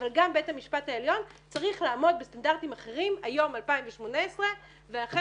אבל גם בית המשפט העליון צריך לעמוד בסטנדרטים אחרים היום 2018. ואכן